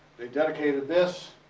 they dedicated this.